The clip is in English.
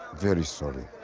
very sorry,